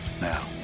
Now